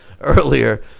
earlier